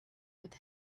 with